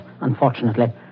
unfortunately